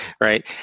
right